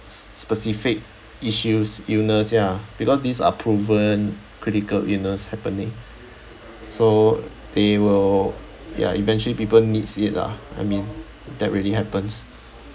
s~ specific issues illness ya because these are proven critical illness happening so they will ya eventually people needs it lah I mean that really happens